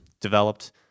developed